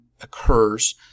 occurs